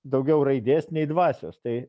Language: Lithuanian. daugiau raidės nei dvasios tai